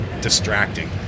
distracting